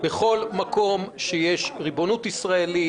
בכל מקום שיש ריבונות ישראלית.